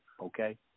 okay